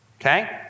okay